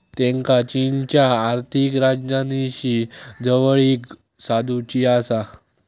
त्येंका चीनच्या आर्थिक राजधानीशी जवळीक साधुची आसा